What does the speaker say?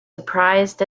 surprised